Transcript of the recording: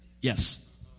Yes